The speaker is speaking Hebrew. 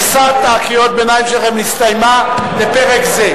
מכסת קריאות הביניים שלכם נסתיימה לפרק זה.